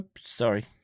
sorry